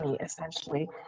essentially